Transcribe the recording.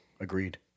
Agreed